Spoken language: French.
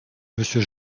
monsieur